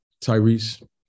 Tyrese